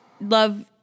Love